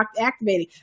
activating